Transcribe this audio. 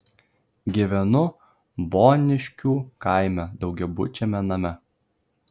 gyvenu boniškių kaime daugiabučiame name